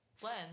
Plan